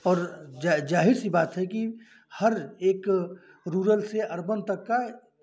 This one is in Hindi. पर जा ज़ाहिर सी बात है कि हर एक रूरल से अर्बन तक का